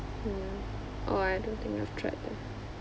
mm orh I don't think I've tried the